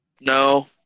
No